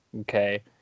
Okay